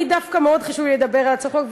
לי דווקא מאוד חשוב לדבר על הצעת החוק,